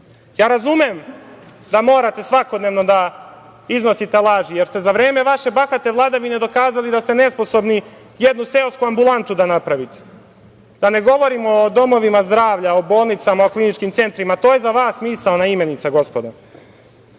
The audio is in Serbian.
razumem da morate svakodnevno da iznosite laži, jer ste za vreme vaše bahate vladavine dokazali da ste nesposobni jednu seosku ambulantu da napravite. Da ne govorim o domovima zdravlja, o bolnicama, o kliničkim centrima to je za vas misaona imenica gospodo. Ja